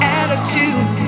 attitude